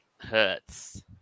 hurts